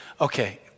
okay